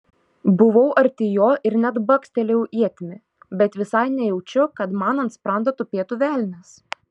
buvau arti jo ir net bakstelėjau ietimi bet visai nejaučiu kad man ant sprando tupėtų velnias